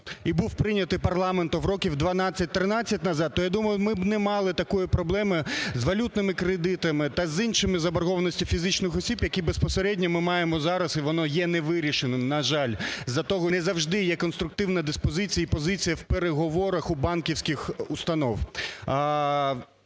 і був прийнятий парламентом років 12-13 назад, то, я думаю, ми б не мали такої проблеми з валютними кредитами та з іншими заборгованостями фізичних осіб, які безпосередньо ми маємо зараз, і воно є не вирішено, на жаль, з-за того, що не завжди є конструктивна диспозиція і позиція в переговорах у банківських установ.